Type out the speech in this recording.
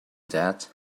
that